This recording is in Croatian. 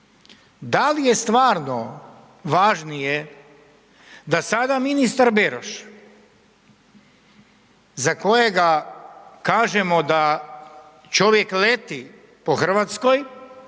Da li je stvarno važnije da sada ministar Beroš za kojega kažemo da čovjek leti po Hrvatskoj